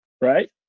Right